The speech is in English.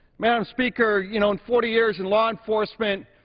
madam speaker, you know, in forty years in law enforcement,